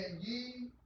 ye